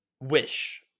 Wish